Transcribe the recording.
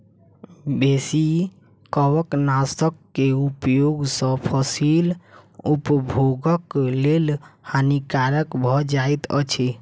बेसी कवकनाशक के उपयोग सॅ फसील उपभोगक लेल हानिकारक भ जाइत अछि